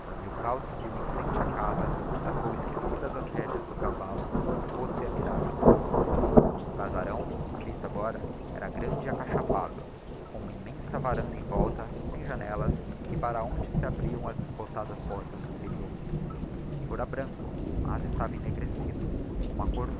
quando milkau se viu em frente á casa largou esquecidas as rédeas do cavallo e poz-se a mirar em torno o casarão á vista agora era grande e acachapado com uma immensa varanda em volta sem janellas e para onde se abriam as desbotadas portas do interior fora branco mas estava ennegrecido com uma cor